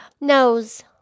nose